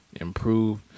improve